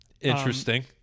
Interesting